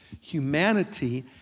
Humanity